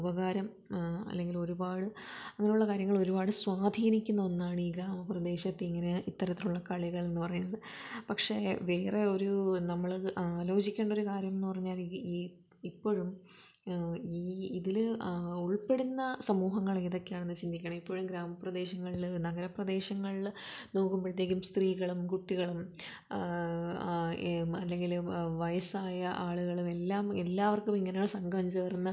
ഉപകാരം അല്ലെങ്കിൽ ഒരുപാട് അങ്ങനുള്ള കാര്യങ്ങൾ ഒരുപാട് സ്വാധീനിക്കുന്ന ഒന്നാണ് ഈ ഗ്രാമപ്രദേശത്ത് ഇങ്ങനെ ഇത്തരത്തിലുള്ള കളികൾ എന്ന് പറയുന്നത് പക്ഷേ വേറെ ഒരു നമ്മൾ ആലോചിക്കേണ്ട ഒരു കാര്യം എന്ന് പറഞ്ഞാൽ ഈ ഇപ്പോഴും ഈ ഇതിൽ ഉൾപ്പെടുന്ന സമൂഹങ്ങൾ ഏതൊക്കെയാണെന്ന് ചിന്തിക്കണം ഇപ്പോഴും ഗ്രാമപ്രദേശങ്ങളിൽ നഗരപ്രദേശങ്ങളിൽ നോക്കുമ്പോഴ്ത്തേക്കും സ്ത്രീകളും കുട്ടികളും അല്ലെങ്കിൽ വയസ്സായ ആളുകളുമെല്ലാം എല്ലാവർക്കും ഇങ്ങനൊരു സംഘം ചേർന്ന